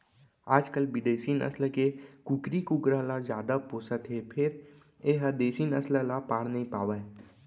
आजकाल बिदेसी नसल के कुकरी कुकरा ल जादा पोसत हें फेर ए ह देसी नसल ल पार नइ पावय